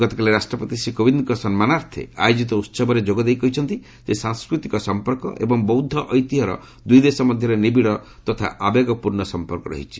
ଗତକାଲି ରାଷ୍ଟ୍ରପତି ଶ୍ରୀ କୋବିନ୍ଦଙ୍କ ସମ୍ମାନାର୍ଥେ ଆୟୋଜିତ ଉତ୍ସବରେ ଯୋଗଦେଇ କହିଛନ୍ତି ଯେ ସାଂସ୍କୃତିକ ସଫପର୍କ ଏବଂ ବୌଦ୍ଧ ଐତିହ୍ୟର ଦୁଇ ଦେଶ ମଧ୍ୟରେ ନିବିଡ଼ ତଥା ଆବେଗପୂର୍ଣ୍ଣ ସଂପର୍କ ରହିଛି